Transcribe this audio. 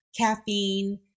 caffeine